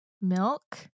milk